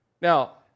Now